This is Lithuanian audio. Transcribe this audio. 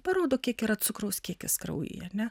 parodo kiek yra cukraus kiekis kraujyjear ne